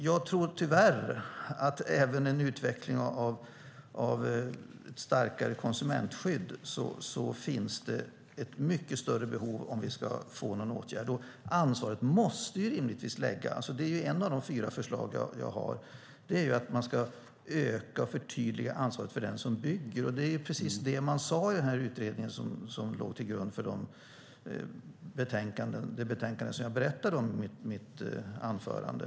Jag tror tyvärr att även med en utveckling av ett starkare konsumentskydd finns det ett mycket större behov av, om vi ska få en åtgärd, att ansvaret för den som bygger blir tydligare. Ett av de fyra förslag jag har är att man ska öka och förtydliga ansvaret för den som bygger, och det är precis det som man sade i den här utredningen som låg till grund för det betänkande som jag berättade om i mitt anförande.